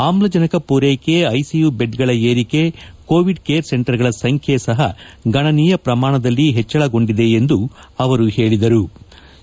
ಆಮ್ಲಜನಕ ಪೂರ್ನೆಕೆ ಐಸಿಯು ಬೆಡ್ಗಳ ಏರಿಕೆ ಕೋವಿಡ್ ಕೇರ್ ಸೆಂಟರ್ಗಳ ಸಂಖ್ಲೆಯೂ ಸಹ ಗಣನೀಯ ಪ್ರಮಾಣದಲ್ಲಿ ಹೆಚ್ಚಳಗೊಂಡಿದೆ ಎಂದು ಅವರು ಹೇಳದರು